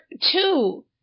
two